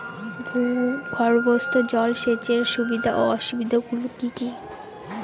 ভূগর্ভস্থ জল সেচের সুবিধা ও অসুবিধা গুলি কি কি?